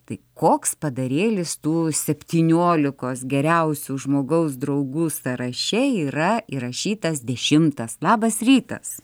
tai koks padarėlis tų septyniolikos geriausių žmogaus draugų sąraše yra įrašytas dešimtas labas rytas